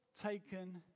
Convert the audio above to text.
taken